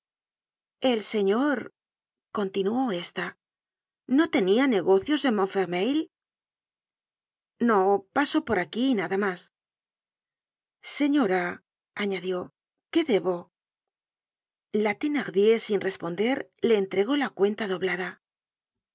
el señor continuó esta no tenia negocios en montfermeil no paso por aquí y nada mas señora añadió qué debo la thenardier sin responder le entregó la cuenta doblada